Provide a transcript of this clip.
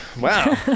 Wow